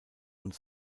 und